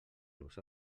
los